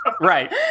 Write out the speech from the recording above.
right